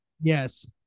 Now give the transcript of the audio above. Yes